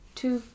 two